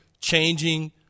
Changing